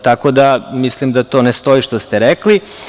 Tako da, mislim da to ne stoji što ste rekli.